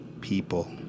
people